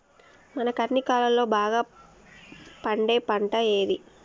మనకు అన్ని కాలాల్లో బాగా పండే పంట ఏది?